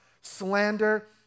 slander